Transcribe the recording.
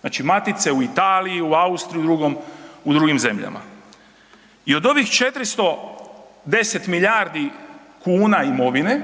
znači matice u Italiji, u Austriji u drugim zemljama i od ovih 410 milijardi kuna imovine,